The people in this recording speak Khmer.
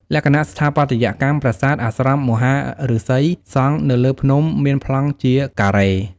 លក្ខណៈស្ថាបត្យកម្ម ប្រាសាទអាស្រមមហាឫសីសង់នៅលើភ្នំ មានប្លង់ជា ការ៉េ។